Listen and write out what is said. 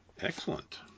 excellent